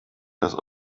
das